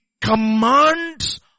commands